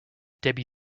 debbie